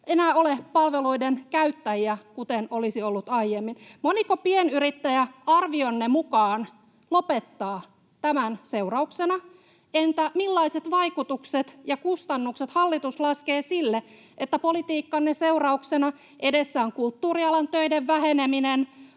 enää ole palveluiden käyttäjiä, kuten olisi ollut aiemmin. Moniko pienyrittäjä arvionne mukaan lopettaa tämän seurauksena? Entä millaiset vaikutukset ja kustannukset hallitus laskee sille, että politiikkanne seurauksena edessä on kulttuurialan töiden väheneminen,